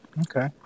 Okay